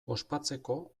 ospatzeko